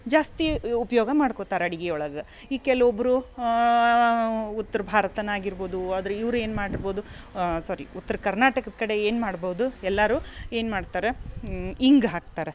ಜಾಸ್ತಿ ಉಪಯೋಗ ಮಾಡ್ಕೊತಾರೆ ಅಡ್ಗೆ ಒಳಗೆ ಈ ಕೆಲವೊಬ್ರು ಉತ್ರ ಭಾರತನೇ ಆಗಿರ್ಬೋದು ಆದ್ರೆ ಇವ್ರು ಏನು ಮಾಡಿರ್ಬೋದು ಸಾರಿ ಉತ್ರ ಕರ್ನಾಟಕದ ಕಡೆ ಏನು ಮಾಡ್ಬೋದು ಎಲ್ಲರೂ ಏನ್ಮಾಡ್ತಾರೆ ಇಂಗು ಹಾಕ್ತಾರ